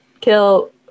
kill